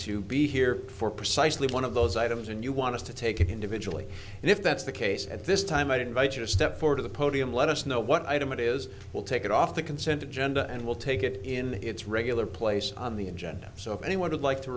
to be here for precisely one of those items and you want to take it individually and if that's the case at this time i'd invite you to step four to the podium let us know what item it is we'll take it off the consent agenda and we'll take it in its regular place on the agenda so if anyone would like to